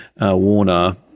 Warner